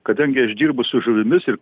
kadangi aš dirbu su žuvimis ir